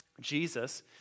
Jesus